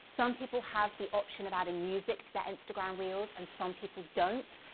some people have the option of adding music to their instagram reels and some people don't.